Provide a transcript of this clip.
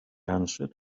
answered